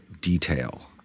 detail